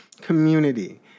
community